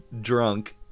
drunk